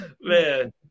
man